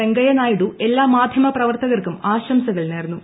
വെങ്കയ്യ നായിഡു എല്ലാ മാധ്യമ പ്രവർത്തകർക്കും ആശംസകൾ നേർന്നു